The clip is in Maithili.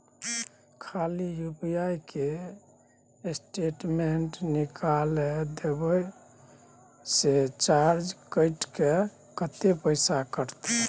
खाली यु.पी.आई के स्टेटमेंट निकाइल देबे की चार्ज कैट के, कत्ते पैसा कटते?